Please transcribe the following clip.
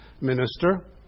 minister